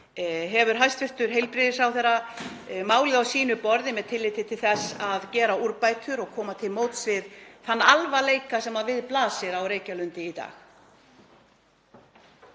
Hefur hæstv. heilbrigðisráðherra málið á sínu borði með tilliti til þess að gera úrbætur og koma til móts við þann alvarleika sem við blasir á Reykjalundi í dag?